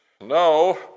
no